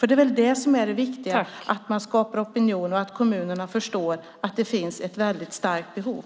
Det är väl det som är det viktigaste, att man skapar opinion och att kommunerna förstår att det finns ett väldigt starkt behov.